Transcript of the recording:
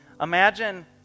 Imagine